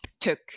took